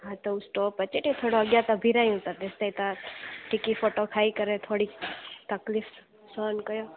हा त उहो स्टॉप अचे थोरो अॻियां त बीहारियूं था तेसि ताईं तव्हां टिकी फोटा खाई करे थोरी तकलीफ़ सहन कयो